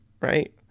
Right